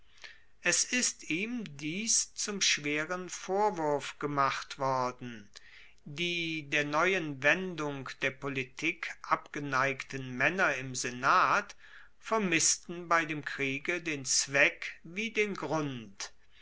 es ist ihm dies zum schweren vorwurf gemacht worden die der neuen wendung der politik abgeneigten maenner im senat vermissten bei dem kriege den zweck wie den grund